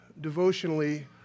devotionally